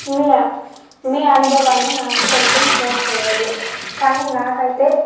మీ మీ అనుభవాన్ని నాకు కొంచెం షేర్ చేయండి కానీ నాకైతే